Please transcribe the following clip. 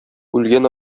үлгән